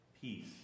peace